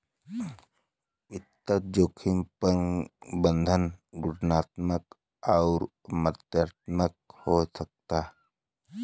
वित्तीय जोखिम प्रबंधन गुणात्मक आउर मात्रात्मक हो सकला